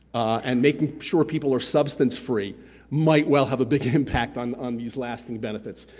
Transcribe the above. and making sure people are substance-free. might well have a big impact on on these lasting benefits.